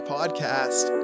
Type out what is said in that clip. Podcast